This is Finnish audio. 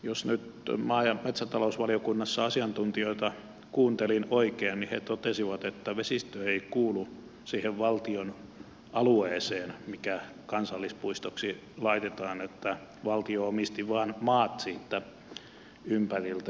jos nyt maa ja metsätalousvaliokunnassa asiantuntijoita kuuntelin oikein niin he totesivat että vesistö ei kuulu siihen valtion alueeseen mikä kansallispuistoksi laitetaan vaan valtio omistaa vain maat siitä ympäriltä